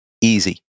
easy